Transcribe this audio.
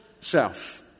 self